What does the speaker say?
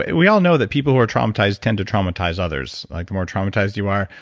we all know that people who are traumatized tend to traumatize others, like the more traumatized you are.